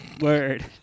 Word